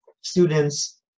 students